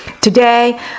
Today